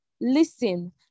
Listen